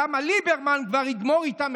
למה ליברמן כבר יגמור איתם,